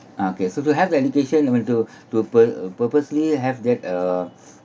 okay so to have the education we've to to pur~ purposely have that uh